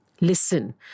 listen